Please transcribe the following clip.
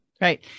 right